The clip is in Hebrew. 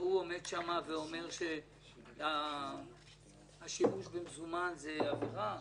שההוא עומד שם ואומר שהשימוש במזומן זה עבירה?